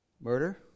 Murder